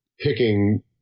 picking